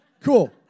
Cool